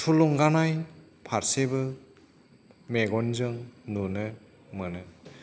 थुलुंगानाय फारसेबो मेगनजों नुनो मोनो